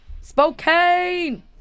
Spokane